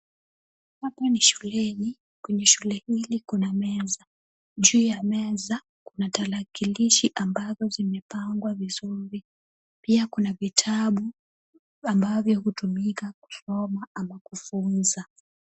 Hapa ni shuleni. Kwenye shule hili kuna meza kuna tarakilishi ambazo zimepangwa vizuri. Pia kuna vitabu ambavyo hutumika kusoma ama kufunza.